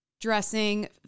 dressing